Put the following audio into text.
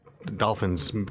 Dolphins